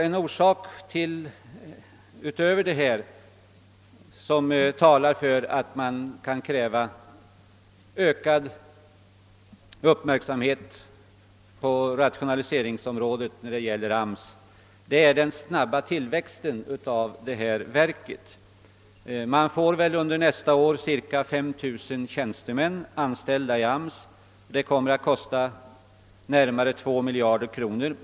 En faktor utöver de nu nämnda som talar för att man kan kräva ökad uppmärksamhet på rationaliseringsområdet när det gäller AMS är den snabba tillväxten av verket. Man får väl under nästa år omkring 5 000 tjänstemän anställda i AMS. Det kommer att kosta närmare 2 miljarder kronor.